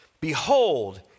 behold